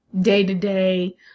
day-to-day